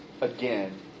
again